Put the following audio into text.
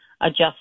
adjust